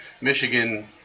Michigan